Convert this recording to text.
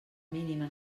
mínima